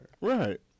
Right